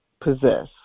possess